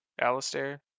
Alistair